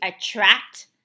attract